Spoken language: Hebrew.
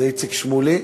זה איציק שמולי,